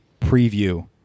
preview